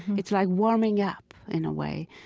it's like warming up, in a way.